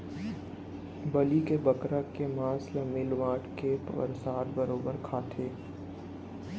बलि के बोकरा के मांस ल मिल बांट के परसाद बरोबर खाथें